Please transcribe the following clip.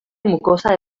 mucosa